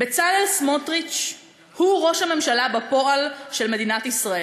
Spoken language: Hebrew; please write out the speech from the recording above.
בצלאל סמוטריץ הוא ראש הממשלה בפועל של מדינת ישראל.